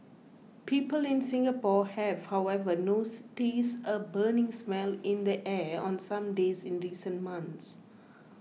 people in Singapore have however noticed a burning smell in the air on some days in recent months